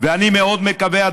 ואני מאוד מקווה,